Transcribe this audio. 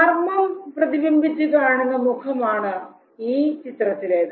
നർമ്മം പ്രതിബിംബിച്ചു കാണുന്ന മുഖമാണ് ഈ ചിത്രത്തിലേത്